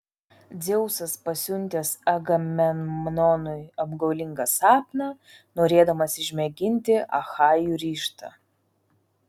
dzeusas pasiuntęs agamemnonui apgaulingą sapną norėdamas išmėginti achajų ryžtą